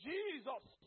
Jesus